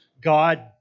God